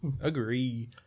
Agree